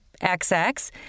XX